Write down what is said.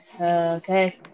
Okay